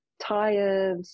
tired